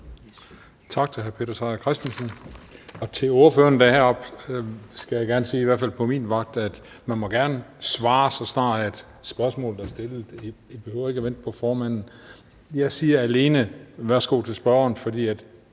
Tak til hr. Peter Seier Christensen. Til ordføreren, der står heroppe, vil jeg gerne sige, at i hvert fald på min vagt må man gerne svare, så snart spørgsmålet er stillet. Man behøver ikke at vente på, at formanden giver ordet. Jeg siger alene »værsgo til spørgeren«, fordi